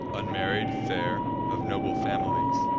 unmarried, fair, of noble families.